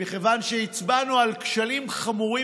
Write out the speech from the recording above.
מכיוון שהצבענו על כשלים חמורים,